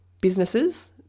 businesses